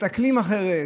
מסתכלים אחרת,